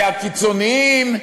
זה הקיצוניים?